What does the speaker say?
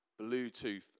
Bluetooth